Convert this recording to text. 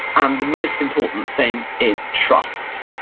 and the most important thing is trust.